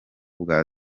bwa